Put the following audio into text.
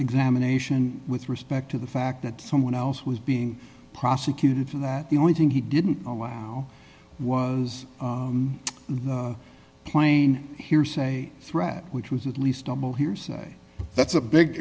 examination with respect to the fact that someone else was being prosecuted from that the only thing he didn't allow was the plain hearsay threat which was at least double hearsay that's a big